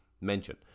mention